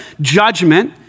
judgment